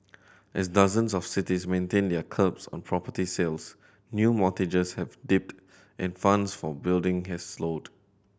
as dozens of cities maintain their curbs on property sales new mortgages have dipped and funds for building has slowed